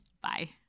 Bye